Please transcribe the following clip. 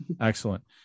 excellent